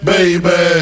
Baby